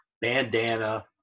bandana